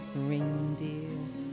reindeer